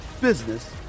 business